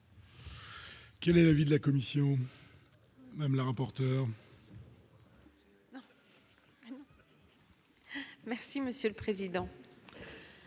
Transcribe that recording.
Quel est l'avis de la commission même l'emporte. Merci monsieur le président.